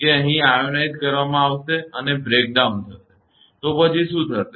કે અહીં આયનોઇઝ્ડ કરવામાં આવશે અને પતનબ્રેકડાઉન થશે તો પછી શું થશે